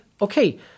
okay